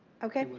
okay.